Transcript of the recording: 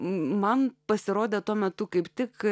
man pasirodė tuo metu kaip tik